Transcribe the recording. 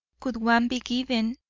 could one be given,